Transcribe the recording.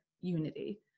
unity